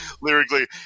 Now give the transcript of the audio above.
lyrically